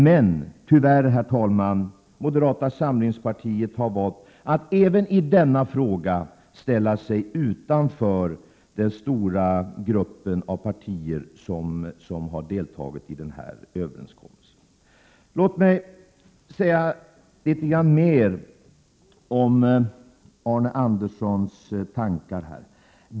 Men tyvärr, herr talman: moderata samlingspartiet har valt att även i denna fråga ställa sig utanför den stora grupp av partier som har deltagit i överenskommelsen. Låt mig säga litet mer om Arne Anderssons tankar.